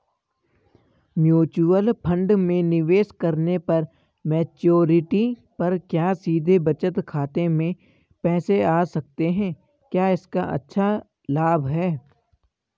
Mutual fund में निवेश करने पर मैच्योरिटी पर क्या सीधे बचत खाते में पैसे आ सकते हैं क्या इसका अच्छा लाभ है?